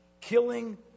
killing